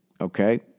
Okay